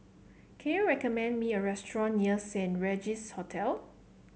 can you recommend me a restaurant near Saint Regis Hotel